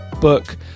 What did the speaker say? book